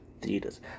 theaters